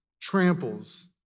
tramples